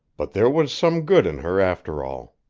but there was some good in her, after all.